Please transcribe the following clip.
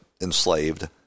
enslaved